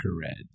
Red